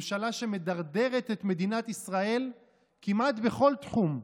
ממשלה שמדרדרת את מדינת ישראל כמעט בכל תחום,